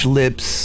lips